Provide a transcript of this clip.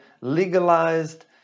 legalized